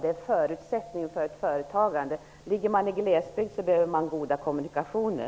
Det är en förutsättning för företagen. Ligger företaget i glesbygd behövs det också goda kommunikationer.